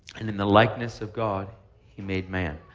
and in the likeness of god he made man.